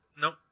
Nope